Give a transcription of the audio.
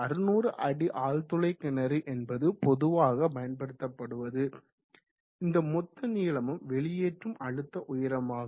600 அடி ஆழ்துளை கிணறு என்பது பொதுவாக பயன்படுத்தப்படுத்தப்படுவது இந்த மொத்த நீளமும் வெளியேற்றும் அழுத்த உயரமாகும்